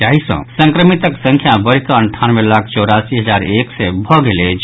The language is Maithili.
जाहि सँ संक्रमितक संख्या बढ़िकऽ अंठानवे लाख चौरासी हजार एक सय भऽ गेल अछि